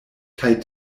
kaj